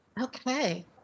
Okay